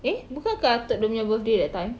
eh bukan ke atuk dia punya birthday that time